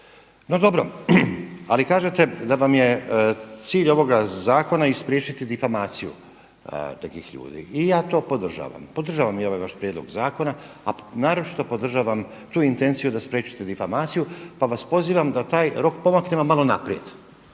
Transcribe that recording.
No dobro. Ali kažete da vam je cilj ovoga zakona spriječiti difamaciju nekih ljudi i ja to podržavam. Podržavam i ovaj vaš prijedlog zakona, a naročito podržavam tu intenciju da spriječite difamaciju. Pa vas pozivam da taj rok pomaknemo malo naprijed,